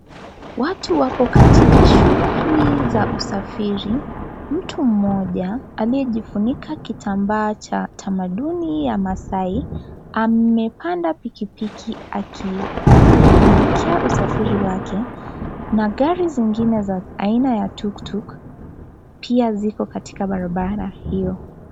Watu wapo katika shughuli za usafiri. Mtu mmoja, aliyejifunika kitambaa cha tamaduni ya Masaai. Amepanda pikipiki akishughulikia usafiri wake na gari zingine za aina ya (cs)tuktuk(cs) pia ziko katika barabara hiyo.